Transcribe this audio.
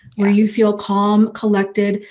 when you feel calm, collected,